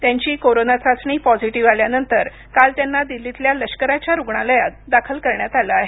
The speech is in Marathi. त्यांची कोरोना चाचणी पॉझिटिव्ह आल्यानंतर काल त्यांना दिल्लीतल्या लष्कराच्या रुग्णालयात दाखल करण्यात आलं आहे